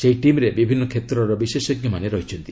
ଏହି ଟିମ୍ରେ ବିଭିନ୍ନ କ୍ଷେତ୍ରର ବିଶେଷଜ୍ଞମାନେ ରହିଛନ୍ତି